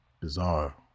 bizarre